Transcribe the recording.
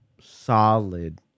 solid